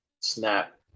snap